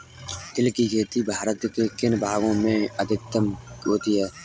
तिल की खेती भारत के किन भागों में अधिकतम होती है?